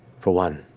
for one,